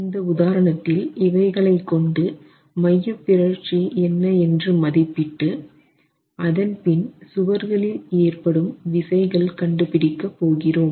இந்த உதாரணத்தில் இவைகளைக் கொண்டு மையப்பிறழ்ச்சி என்ன என்று மதிப்பிட்டு அதன் பின் சுவர்களில் ஏற்படும் விசைகள் கண்டுபிடிக்க போகிறோம்